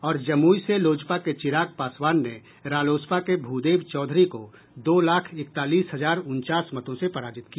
और जमुई से लोजपा के चिराग पासवान ने रालोसपा के भूदेव चौधरी को दो लाख इकतालीस हजार उनचास मतों से पराजित किया